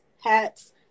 hats